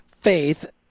faith